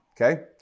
Okay